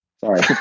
sorry